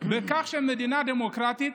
בכך שמדינה דמוקרטית